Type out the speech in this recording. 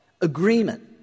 agreement